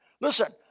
listen